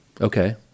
Okay